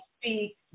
speak